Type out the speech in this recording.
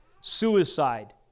suicide